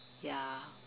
ya